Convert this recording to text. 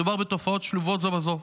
מדובר בתופעות שלובות זו בזו,